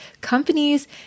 companies